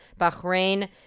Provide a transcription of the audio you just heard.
Bahrain